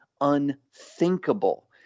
unthinkable